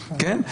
כן?